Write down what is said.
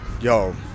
yo